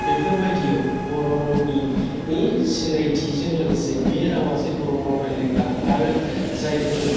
बेफोरबादियाव बर' रावनि सिनायथिजों लोगोसे बे रावा जे बर' राव रायलायग्रा आरो जायफोर